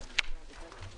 ננעלה בשעה